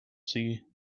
see